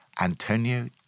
Antonio